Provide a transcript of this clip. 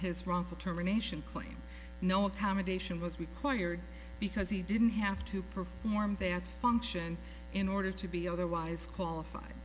his wrongful termination claim no accommodation was required because he didn't have to perform their function in order to be otherwise qualified